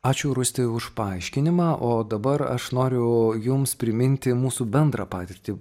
ačiū rūsti už paaiškinimą o dabar aš noriu jums priminti mūsų bendrą patirtį